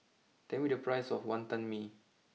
tell me the price of Wantan Mee